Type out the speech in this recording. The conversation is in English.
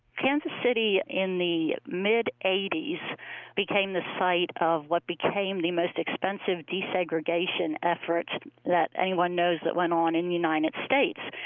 kansas city in the mid eighty s became the site of what became the most expensive desegregation effort that anyone knows that went on in the united states.